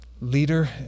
leader